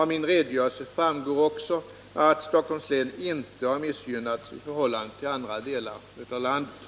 Av min redogörelse framgår också att Stockholms län inte har missgynnats i förhållande till andra delar av landet.